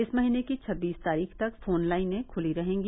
इस महीने की छबीस तारीख तक फोन लाइनें खुली रहेंगी